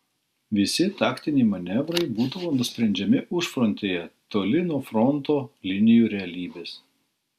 visi taktiniai manevrai būdavo nusprendžiami užfrontėje toli nuo fronto linijų realybės